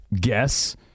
guess